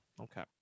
okay